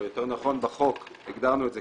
הנפקה או יותר נכון בחוק הגדרנו את זה